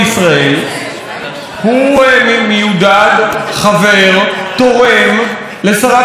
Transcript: הוא מיודד, חבר, תורם לשרת התרבות מירי רגב.